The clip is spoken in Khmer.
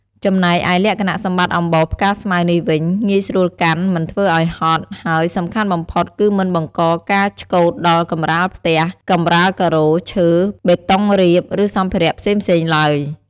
ចំណែកឯលក្ខណៈសម្បត្តិអំបោសផ្កាស្មៅនេះវិញ ងាយស្រួលកាន់ មិនធ្វើឲ្យហត់ ហើយសំខាន់បំផុតគឺមិនបង្កការឆ្កូតដល់កម្រាលផ្ទះ កម្រាលការ៉ូ ឈើ បេតុងរាប ឬសម្ភារៈផ្សេងៗឡើយ។